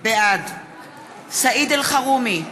בעד סעיד אלחרומי,